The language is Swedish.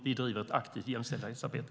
Vi driver ett aktivt jämställdhetsarbete.